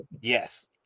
Yes